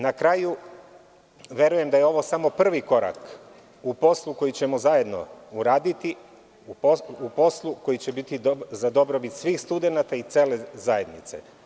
Na kraju, verujem da je ovo samo prvi korak u poslu koji ćemo zajedno uraditi, u poslu koji će biti za dobrobit svih studenata i cele zajednice.